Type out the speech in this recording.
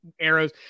arrows